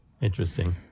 Interesting